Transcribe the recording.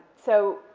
so,